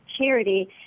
charity